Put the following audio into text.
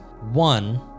One